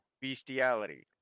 bestiality